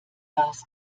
gas